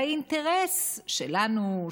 והאינטרס שלנו,